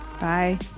Bye